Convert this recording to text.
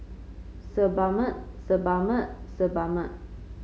Sebamed Sebamed Sebamed